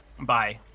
Bye